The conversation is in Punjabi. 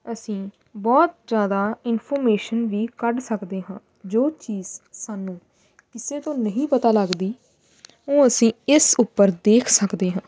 ਅਸੀਂ ਬਹੁਤ ਜ਼ਿਆਦਾ ਇਨਫੋਰਮੇਸ਼ਨ ਵੀ ਕੱਢ ਸਕਦੇ ਹਾਂ ਜੋ ਚੀਜ਼ ਸਾਨੂੰ ਕਿਸੇ ਤੋਂ ਨਹੀਂ ਪਤਾ ਲੱਗਦੀ ਉਹ ਅਸੀਂ ਇਸ ਉੱਪਰ ਦੇਖ ਸਕਦੇ ਹਾਂ